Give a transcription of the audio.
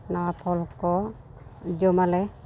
ᱱᱟᱣᱟ ᱯᱷᱚᱞ ᱠᱚ ᱡᱚᱢ ᱟᱞᱮ